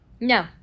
No